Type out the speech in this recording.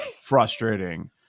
frustrating